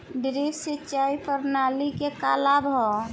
Drip सिंचाई प्रणाली के का लाभ ह?